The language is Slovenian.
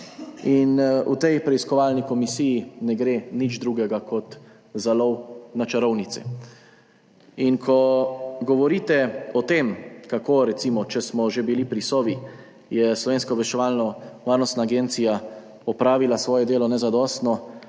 V tej preiskovalni komisiji ne gre za nič drugega kot za lov na čarovnice. In ko govorite o tem, kako recimo, če smo že bili pri Sovi, je Slovenska obveščevalno-varnostna agencija opravila svoje delo nezadostno,